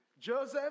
Joseph